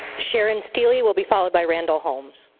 sharon stealey will be followed by randall holmes.